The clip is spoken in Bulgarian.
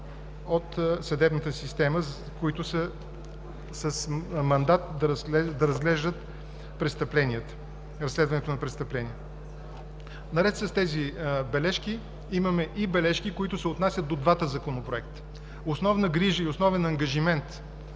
от съдебната система, които са с мандат да разследват престъпленията. Наред с тези бележки, имаме и бележки, отнасящи се и до двата законопроекта. Основна грижа и основен ангажимент